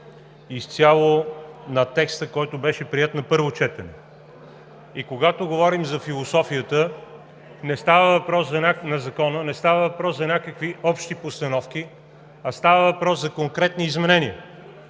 изцяло на текста, който беше приет на първо четене. Когато говорим за философията на Закона, не става въпрос за някакви общи постановки, а става въпрос за конкретни изменения.